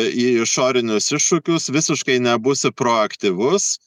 į išorinius iššūkius visiškai nebūsi proaktyvus